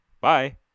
Bye